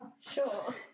Sure